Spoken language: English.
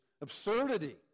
absurdity